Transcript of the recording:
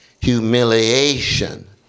humiliation